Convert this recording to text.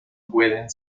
pueden